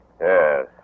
Yes